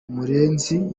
murenzi